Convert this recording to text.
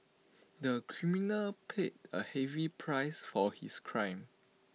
the criminal paid A heavy price for his crime